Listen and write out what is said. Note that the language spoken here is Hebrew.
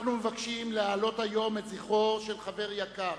אנחנו מבקשים להעלות היום את זכרו של חבר יקר,